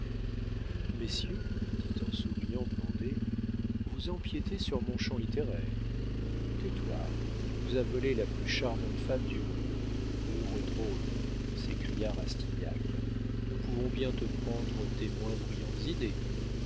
messieurs dit en souriant blondet vous empiétez sur mon champ littéraire tais-toi tu nous as volé la plus charmante femme du monde heureux drôle s'écria rastignac nous pouvons bien te prendre tes moins brillantes idées